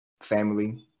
family